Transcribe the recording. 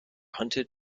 hunted